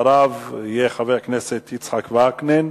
ואחריו חבר הכנסת יצחק וקנין,